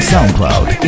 SoundCloud